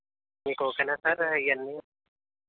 మీకు ఓకేనా సార్ ఇవన్నీ